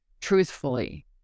truthfully